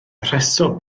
rheswm